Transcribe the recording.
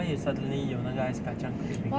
why you suddenly 有那个 ice kacang craving